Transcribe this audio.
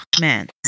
man